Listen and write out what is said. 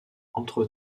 entre